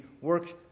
work